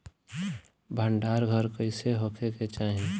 भंडार घर कईसे होखे के चाही?